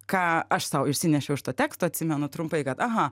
ką aš sau išsinešiau iš to teksto atsimenu trumpai kad aha